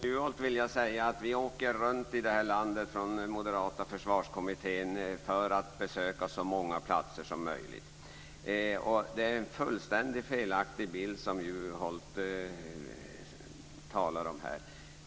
Fru talman! Ja, Håkan Juholt, vi från moderata försvarskommittén åker runt i landet för att besöka så många platser som möjligt. Det är en fullständigt felaktig bild som Juholt talar om här.